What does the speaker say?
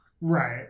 Right